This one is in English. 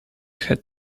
had